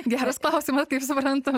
geras klausimas kaip suprantu